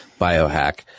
biohack